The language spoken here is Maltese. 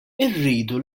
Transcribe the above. irridu